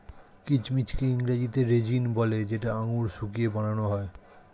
কিচমিচকে ইংরেজিতে রেজিন বলে যেটা আঙুর শুকিয়ে বানান হয়